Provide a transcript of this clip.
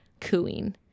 cooing